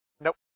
Nope